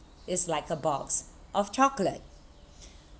is like a box of chocolate